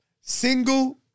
single